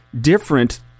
different